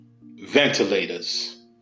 ventilators